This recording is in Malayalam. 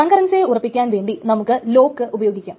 കൺകറൻസിയെ ഉറപ്പിക്കാൻ വേണ്ടി നമുക്ക് ലോക്ക് ഉപയോഗിക്കാം